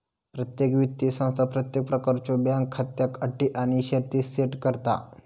प्रत्येक वित्तीय संस्था प्रत्येक प्रकारच्यो बँक खात्याक अटी आणि शर्ती सेट करता